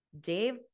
Dave